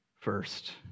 first